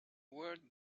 word